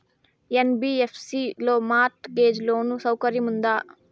NBFC లో mortgage loan సౌకర్యం ఉందా?